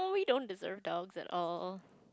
we don't deserve dogs at all